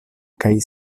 kaj